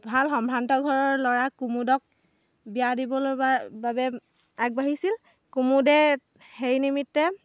ভাল সম্ভ্ৰান্ত ঘৰৰ ল'ৰা কুমুদক বিয়া দিবলৈ বাবে আগবাঢ়িছিল কুমুদে সেই নিমিত্তে